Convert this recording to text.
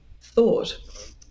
thought